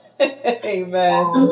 Amen